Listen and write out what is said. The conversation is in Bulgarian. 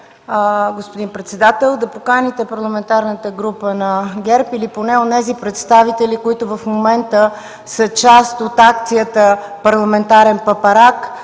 господин председател: да поканите Парламентарната група на ГЕРБ или поне онези представители, които в момента са част от акцията „Парламентарен папарак”.